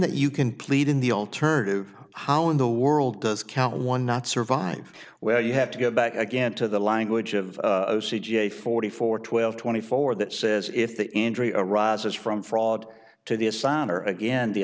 that you can plead in the alternative how in the world does count one not survive where you have to go back again to the language of c j forty four twelve twenty four that says if the injury arises from fraud to the assad or again the